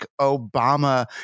Obama